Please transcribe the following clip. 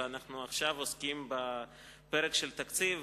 ועכשיו אנחנו עוסקים בפרק התקציב,